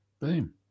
Boom